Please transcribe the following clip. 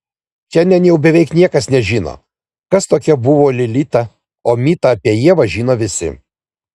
šiandien jau beveik niekas nežino kas tokia buvo lilita o mitą apie ievą žino visi